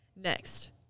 Next